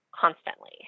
constantly